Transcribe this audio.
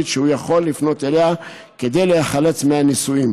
שהוא יכול לפנות אליה כדי להיחלץ מהנישואים.